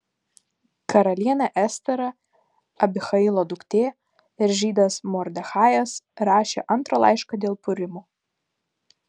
karalienė estera abihailo duktė ir žydas mordechajas rašė antrą laišką dėl purimo